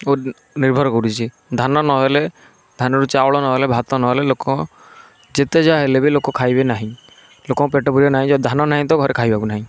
ନିର୍ଭର କରୁଚି ଧାନ ନହେଲେ ଧାନରୁ ଚାଉଳ ନହେଲେ ଭାତ ନହେଲେ ଲୋକ ଯେତେଯାହା ହେଲେବି ଲୋକ ଖାଇବେ ନାହିଁ ଲୋକଙ୍କ ପେଟ ପୁରିବ ନାହିଁ ଧାନ ନାହିଁତ ଘରେ ଖାଇବାକୁ ନାହିଁ